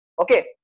okay